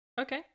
okay